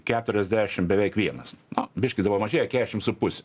keturiasdešim beveik vienas nu biškį dabar mažėja keešim su puse